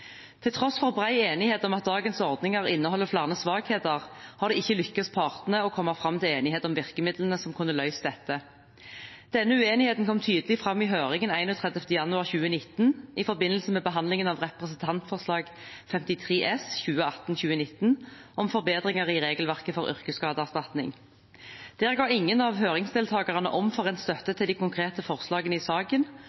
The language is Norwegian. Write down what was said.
Til tross for bred enighet om at dagens ordninger inneholder flere svakheter, har det ikke lyktes partene å komme fram til enighet om virkemidlene som kunne løst dette. Denne uenigheten kom tydelig fram i høringen 31. januar 2019 i forbindelse med behandlingen av representantforslaget om bedringer i regelverket for yrkesskadeerstatning, Dokument 8:53 S for 2018–2019. Der ga ingen av høringsdeltakerne omforent støtte